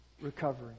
recovery